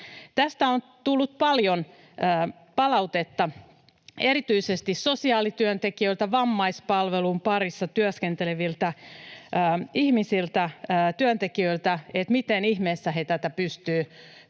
Tästä on tullut paljon palautetta erityisesti sosiaalityöntekijöiltä, vammaispalvelun parissa työskenteleviltä työntekijöiltä, että miten ihmeessä he tätä pystyvät